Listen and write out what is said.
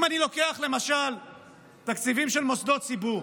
אם אני לוקח למשל תקציבים של מוסדות ציבור: